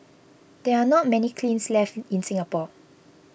there are not many kilns left in Singapore